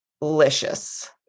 delicious